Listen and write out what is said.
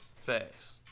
Facts